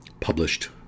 published